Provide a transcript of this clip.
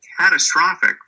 catastrophic